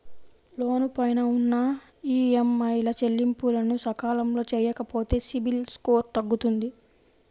లోను పైన ఉన్న ఈఎంఐల చెల్లింపులను సకాలంలో చెయ్యకపోతే సిబిల్ స్కోరు తగ్గుతుంది